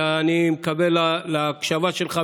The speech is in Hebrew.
ואני מקווה להקשבה שלך,